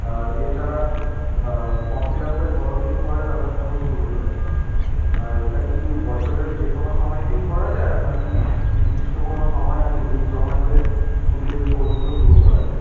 আর এছাড়া ফর্ম ফিলাপের কত দিন পরে তাদের কোর্স শুরু হয় আর এটা কি বছরের যে কোনো সময়তেই করা যায় আর নাকি নির্দিষ্ট কোনো সময় আছে যেই সময়তে শুধু এই কোর্সগুলো শুরু করা যায়